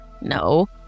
No